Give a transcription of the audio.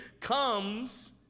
comes